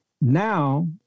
now